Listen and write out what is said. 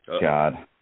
God